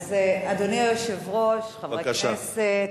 אדוני היושב-ראש, חברי הכנסת,